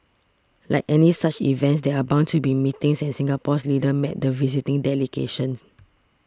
like any such events there are bound to be meetings and Singapore's leaders met the visiting delegation